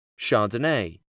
Chardonnay